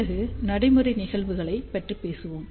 பிறகு நடைமுறை நிகழ்வுகளைப் பற்றி பேசுவோம்